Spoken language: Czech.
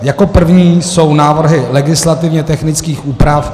Jako první jsou návrhy legislativně technických úprav.